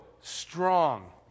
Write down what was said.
strong